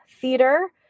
theater